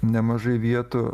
nemažai vietų